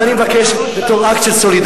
אז אני מבקש, בתור אקט של סולידריות.